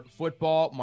football